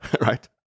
right